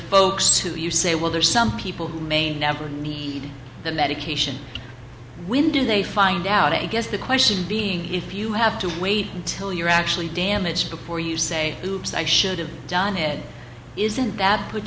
folks who you say well there are some people who may never get the medication when did they find out i guess the question being if you have to wait until you're actually damage before you say oops i should've done it isn't that put